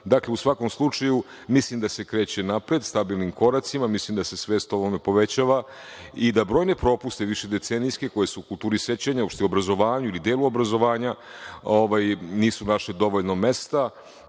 u svakom slučaju mislim da se kreće napred stabilnim koracima. Mislim da svest ovome povećava i da brojne propuste, višedecenijske, koji su u kulturi sećanja, uopšte u obrazovanju ili delu obrazovanja, nisu našli dovoljno mesta